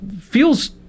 feels